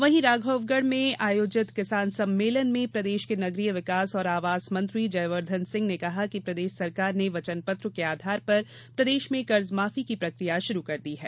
वहीं राघौवगढ़ में आयोजित किसान सम्मेलन में प्रदेश के नगरीय विकास और आवास मंत्री जयवर्धन सिंह ने कहा कि प्रदेश सरकार ने वचनपत्र के आधार पर प्रदेश में कर्जमाफी की प्रकिया शुरू कर दी है